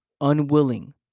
unwilling